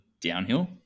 downhill